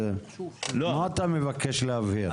מה אתה מבקש להבהיר?